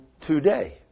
today